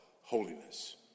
holiness